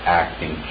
acting